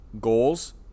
goals